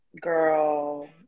girl